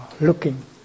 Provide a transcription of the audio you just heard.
looking